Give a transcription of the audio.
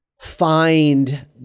find